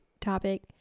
topic